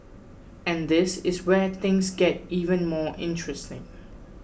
and this is where things get even more interesting